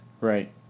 Right